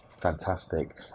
Fantastic